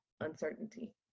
uncertainty